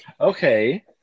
Okay